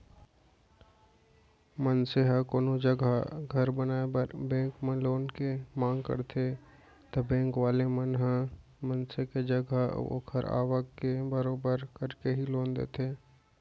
मनसे ह कोनो जघा घर बनाए बर बेंक म लोन के मांग करथे ता बेंक वाले मन ह मनसे के जगा अऊ ओखर आवक के बरोबर करके ही लोन देथे